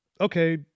Okay